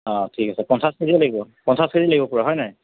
অঁ ঠিক আছে পঞ্চাছ কেজি লাগিব পঞ্চাছ কেজি লাগিব পূৰা হয়নে